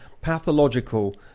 pathological